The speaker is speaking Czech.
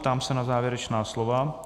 Ptám se na závěrečná slova.